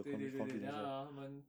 对对对对等一下啊他们